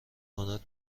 کند